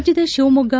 ರಾಜ್ಯದ ಶಿವಮೊಗ್ಗ